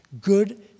good